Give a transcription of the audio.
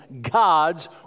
God's